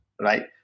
right